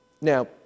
now